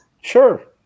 Sure